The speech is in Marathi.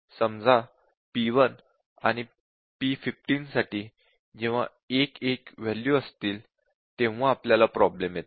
समजा P1 आणि P15 साठी जेव्हा 1 1 वॅल्यू असतील तेव्हा आपल्याला प्रॉब्लेम येतो